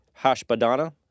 Hashbadana